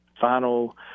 final